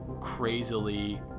crazily